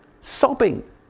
sobbing